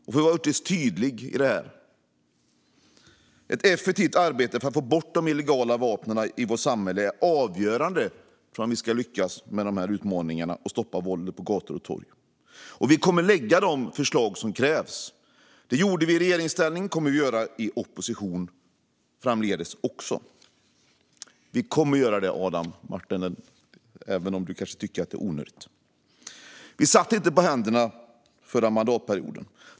För att vara ytterst tydlig: Ett effektivt arbete för att få bort de illegala vapnen i vårt samhälle är avgörande för om vi ska lyckas med utmaningarna och stoppa våldet på gator och torg. Vi kommer att lägga fram de förslag som krävs. Det gjorde vi i regeringsställning, och det kommer vi också att göra i opposition framdeles. Vi kommer att göra det, Adam Marttinen, även om du kanske tycker att det är onödigt. Vi satt inte på händerna under förra mandatperioden.